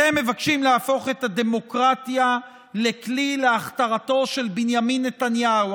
אתם מבקשים להפוך את הדמוקרטיה לכלי להכתרתו של בנימין נתניהו,